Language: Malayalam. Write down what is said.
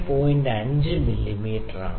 5 മില്ലീമീറ്ററാണ്